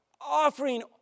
offering